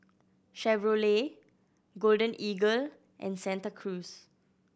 Chevrolet Golden Eagle and Santa Cruz